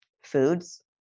foods